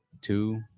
two